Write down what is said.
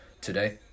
today